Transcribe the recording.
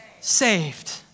saved